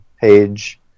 page